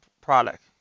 product